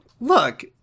Look